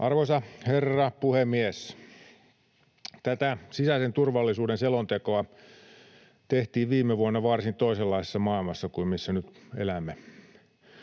Arvoisa herra puhemies! Tätä sisäisen turvallisuuden selontekoa tehtiin viime vuonna varsin toisenlaisessa maailmassa kuin missä nyt elämme.